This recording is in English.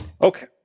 Okay